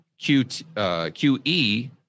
QE